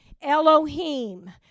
Elohim